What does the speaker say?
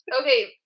Okay